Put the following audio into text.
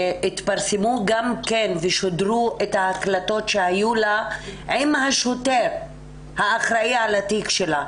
התפרסמו ושודרו ההקלטות שהיו לה עם השוטר שהיה אחראי על התיק שלה.